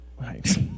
Right